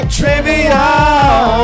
trivial